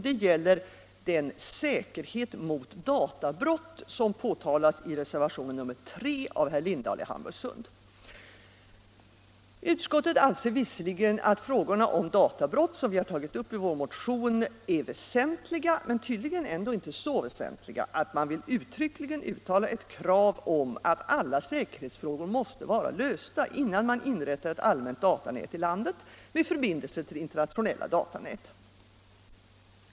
Det gäller säkerheten mot databrott, som berörs i reservation nr 3 av herr Lindahl i Hamburgsund. Utskottet anser visserligen de frågor om databrott som vi tagit upp i motionen vara väsentliga men tydligen ändå inte så väsentliga att man vill uttryckligen kräva att alla säkerhetsfrågor skall vara lösta innan det inrättas ett allmänt datanät i landet, med förbindelser till internationella datanät.